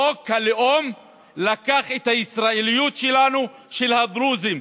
חוק הלאום לקח את הישראליות שלנו, של הדרוזים.